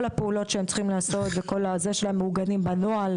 כל הפעולות שהם צריכים לעשות מעוגנים בנוהל,